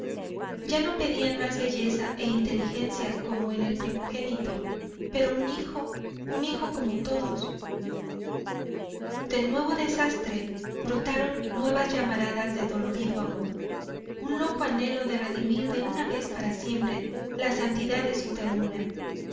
ya no pedían más belleza e inteligencia como en el primogénito pero un hijo un hijo como todos del nuevo desastre brotaron nuevas llamadaras de dolorido amor un loco anhelo de redimir de una vez para siempre la santidad de su ternura